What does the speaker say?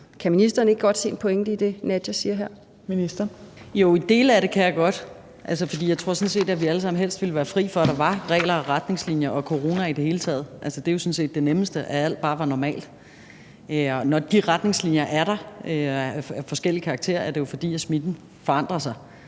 (Pernille Rosenkrantz-Theil): Jo, i dele af det kan jeg godt. For jeg tror sådan set, at vi alle sammen helst ville være fri for, at der var regler og retningslinjer og corona i det hele taget. Det er jo sådan set det nemmeste, at alt bare var normalt. Når de retningslinjer af forskellig karakter er der, er det jo, fordi smitten forandrer sig.